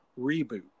Reboot